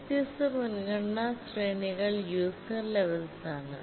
വ്യത്യസ്ത മുൻഗണന ശ്രേണികൾ യൂസർ ലെവെൽസ് ആണ്